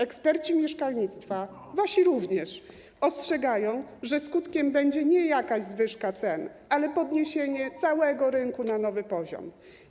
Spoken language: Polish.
Eksperci w zakresie mieszkalnictwa, wasi również, ostrzegają, że skutkiem będzie tu nie jakaś zwyżka cen, ale przeniesienie całego rynku na nowy poziom.